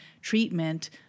treatment